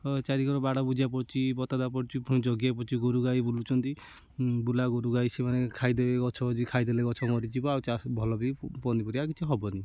ଚାରିକଡ଼ ବାଡ଼ ବୁଜିବାକୁ ପଡ଼ୁଛି ବତା ଦେବାକୁ ପଡ଼ୁଛି ପୁଣି ଜଗିବାକୁ ପଡ଼ୁଛି ଗୋରୁ ଗାଈ ବୁଲୁଛନ୍ତି ବୁଲା ଗୋରୁ ଗାଈ ସେମାନେ ଖାଇ ଦେବେ ଗଛ ଖାଇଦେଲେ ଗଛ ମରିଯିବ ଆଉ ଚାଷ ବି ଭଲବି ଆଉ ପନିପରିବା କିଛି ହେବନି